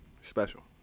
Special